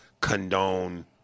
condone